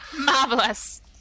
marvelous